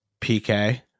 PK